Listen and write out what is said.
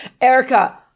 Erica